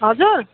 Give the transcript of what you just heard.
हजुर